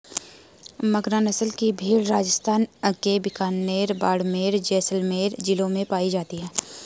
मगरा नस्ल की भेंड़ राजस्थान के बीकानेर, बाड़मेर, जैसलमेर जिलों में पाई जाती हैं